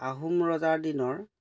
আহোম ৰজাৰ দিনৰ